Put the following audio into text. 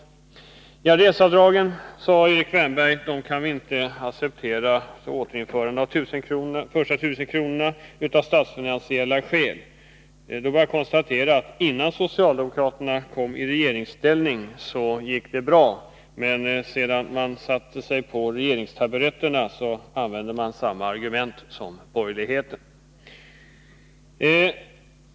När det gäller reseavdragen sade Erik Wärnberg att man inte kunde acceptera förslaget om att slopa den begränsning som avser de första 1000 kronorna. Han hänvisade till statsfinansiella skäl. Det är bara att konstatera attinnan socialdemokraterna kom i regeringsställning hade det gått bra, men sedan man satt sig på regeringstaburetterna använder man samma argument som borgerligheten.